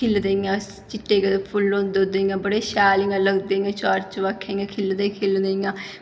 खिलदे इ'यां चिट्टे गेंदे फुल्ल होंदे ओह्दे इ'यां बड़े शैल इ'यां लगदे इ'यां चार चबक्खै इ'यां खिलदे इ'यां